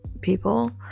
people